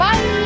Bye